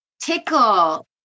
tickle